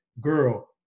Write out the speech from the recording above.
girl